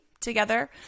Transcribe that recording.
together